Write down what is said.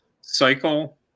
cycle